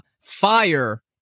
fire